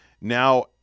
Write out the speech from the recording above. Now